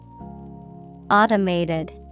Automated